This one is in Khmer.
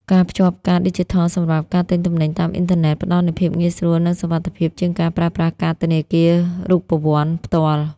ការភ្ជាប់កាតឌីជីថល សម្រាប់ការទិញទំនិញតាមអ៊ីនធឺណិត ផ្ដល់នូវភាពងាយស្រួល និងសុវត្ថិភាពជាងការប្រើប្រាស់កាតធនាគាររូបវន្តផ្ទាល់។